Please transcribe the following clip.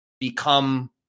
become